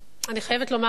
ואני חייבת לומר,